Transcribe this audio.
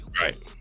Right